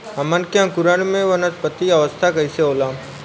हमन के अंकुरण में वानस्पतिक अवस्था कइसे होला?